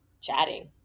chatting